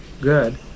good